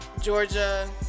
Georgia